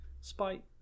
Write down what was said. Spite